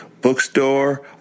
bookstore